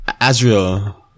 Azrael